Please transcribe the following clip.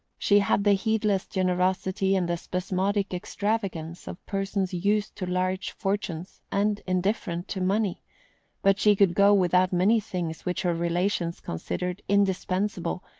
she had the heedless generosity and the spasmodic extravagance of persons used to large fortunes, and indifferent to money but she could go without many things which her relations considered indispensable,